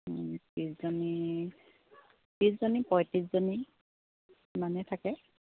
ত্ৰিছজনী ত্ৰিছজনী পঁয়ত্ৰিছজনী সিমানে থাকে